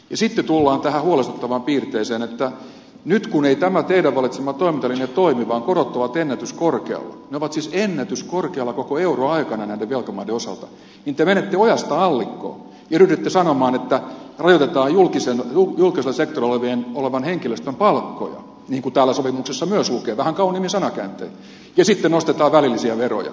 sitten tullaan tähän huolestuttavaan piirteeseen että nyt kun tämä teidän valitsemanne toimintalinja ei toimi vaan korot ovat ennätyskorkealla ne ovat siis ennätyskorkealla koko euroaikana näiden velkamaiden osalta te menette ojasta allikkoon ja ryhdytte sanomaan että rajoitetaan julkisella sektorilla olevan henkilöstön palkkoja niin kuin myös täällä sopimuksessa lukee vähän kauniimmin sanakääntein ja sitten nostetaan välillisiä veroja